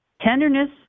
Tenderness